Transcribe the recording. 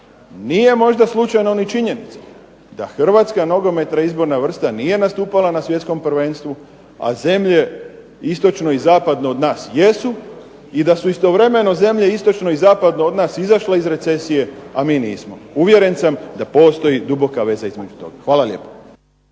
Nije možda slučajna ni činjenica da hrvatska nogometna izborna vrsta nije nastupala na svjetskom prvenstvu, a zemlje istočno i zapadno od nas jesu i da su istovremeno zemlje istočno i zapadno od nas izašle iz recesije, a mi nismo. Uvjeren sam da postoji duboka veza između toga. Hvala lijepo.